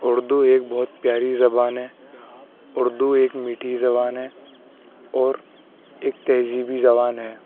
اردو ایک بہت پیاری زبان ہیں اردو ایک میٹھی زبان ہیں اور ایک تہذیبی زبان ہیں